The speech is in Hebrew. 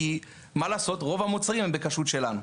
כי מה לעשות רוב המוצרים הם בכשרות שלנו.